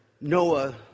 Noah